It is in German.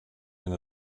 wenn